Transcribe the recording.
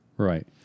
Right